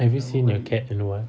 have you seen your cat luar